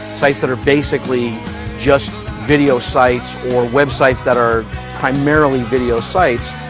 sites that are basically just video sites or web sites that are primarily video sites,